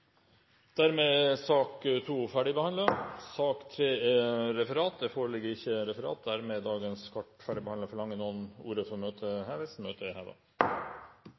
Dermed er sak nr. 2 ferdigbehandlet. Det foreligger ikke noe referat. Dermed er dagens kart ferdigbehandlet. Forlanger noen ordet før møtet heves? – Møtet er